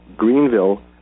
greenville